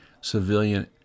civilian